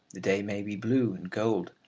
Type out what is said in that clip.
the day may be blue and gold,